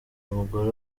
mugore